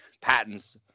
patents